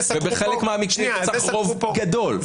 ובחלק מהמקרים אתה צריך רוב גדול,